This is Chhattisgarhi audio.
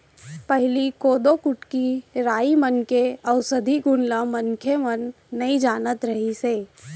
पहिली कोदो, कुटकी, राई मन के अउसधी गुन ल मनखे मन नइ जानत रिहिस हे